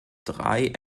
drei